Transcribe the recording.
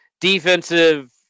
defensive